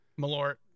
Malort